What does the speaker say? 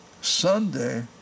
Sunday